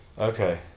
Okay